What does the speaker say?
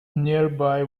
nearby